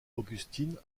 augustine